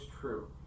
true